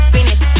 Finish